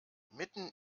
mitten